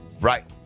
Right